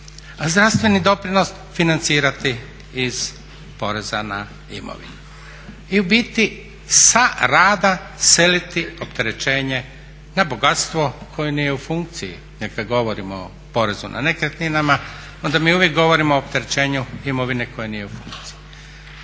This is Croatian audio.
a zdravstveni doprinos financirati iz poreza na imovinu. I u biti sa rada seliti opterećenje na bogatstvo koje nije u funkciji, jer kad govorimo o porezu na nekretninama onda mi uvijek govorimo o opterećenju imovine koja nije u funkciji.